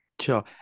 sure